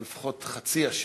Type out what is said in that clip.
או לפחות חצי ישן,